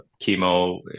chemo